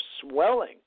swelling